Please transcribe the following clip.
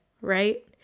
right